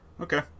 Okay